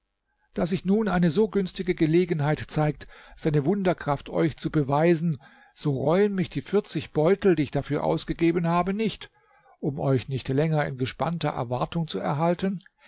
da sich nun eine so günstige gelegenheit zeigt seine wunderkraft euch zu beweisen so reuen mich die vierzig beutel die ich dafür ausgegeben habe nicht um euch nicht länger in gespannter erwartung zu erhalten